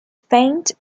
faints